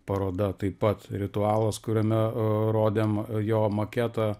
paroda taip pat ritualas kuriame rodėm jo maketą